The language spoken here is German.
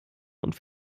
und